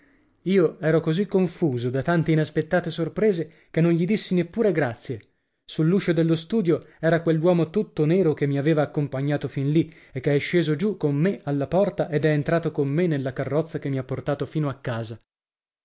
io ero così confuso da tante inaspettate sorprese che non gli dissi neppure grazie sull'uscio dello studio era quell'uomo tutto nero che mi aveva accompagnato fin lì e che è sceso giù con me alla porta ed è entrato con me nella carrozza che mi ha portato fino a casa